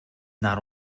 not